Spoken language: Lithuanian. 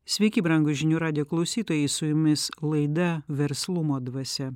sveiki brangūs žinių radijo klausytojai su jumis laida verslumo dvasia